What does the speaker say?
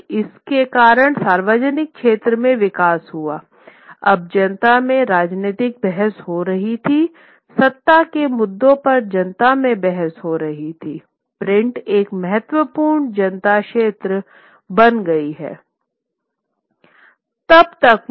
और इसके कारण सार्वजनिक क्षेत्र में विकास हुआ अब जनता में राजनीति बहस हो रही थी सत्ता के मुद्दों पर जनता में बहस हो रही थी प्रिंट एक महत्वपूर्ण जनता क्षेत्र बन गई है